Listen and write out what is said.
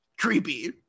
creepy